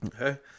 Okay